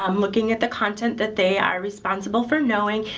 um looking at the content that they are responsible for knowing,